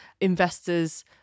investors